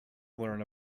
learn